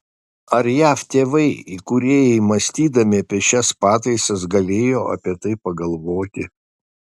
ar jav tėvai įkūrėjai mąstydami apie šias pataisas galėjo apie tai pagalvoti